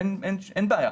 אין בעיה.